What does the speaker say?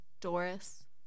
Doris